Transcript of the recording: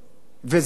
אלה,